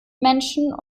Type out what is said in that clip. menschen